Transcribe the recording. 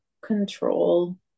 control